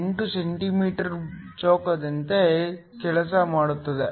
8 centimetre ಚೌಕದಂತೆ ಕೆಲಸ ಮಾಡುತ್ತದೆ